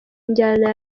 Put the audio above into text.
njyana